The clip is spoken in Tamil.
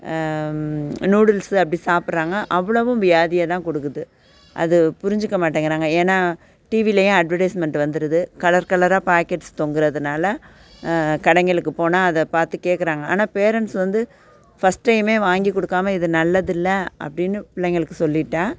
நூடுல்ஸு அப்படி சாப்பிட்றாங்க அவ்வளவும் வியாதியை தான் கொடுக்குது அதை புரிஞ்சுக்க மாட்டேங்கிறாங்க ஏன்னால் டிவிலேயும் அட்வடைஸ்மெண்ட் வந்துடுது கலர் கலராக பாகெட்ஸ் தொங்கிறதுனால கடைகளுக்கு போனால் அதை பார்த்து கேட்குறாங்க ஆனால் பேரண்ட்ஸ் வந்து ஃபஸ்ட் டைமே வாங்கி கொடுக்காம இது நல்லது இல்லை அப்படின்னு பிள்ளைங்களுக்கு சொல்லிட்டால்